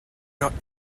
not